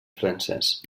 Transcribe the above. francès